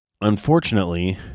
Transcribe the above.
Unfortunately